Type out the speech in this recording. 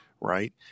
right